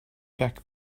back